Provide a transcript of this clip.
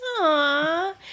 Aww